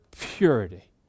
purity